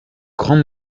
grand